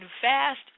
fast